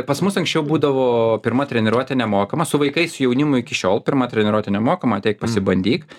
pas mus anksčiau būdavo pirma treniruotė nemokama su vaikais jaunimui iki šiol pirma treniruotė nemokama ateik pasibandyk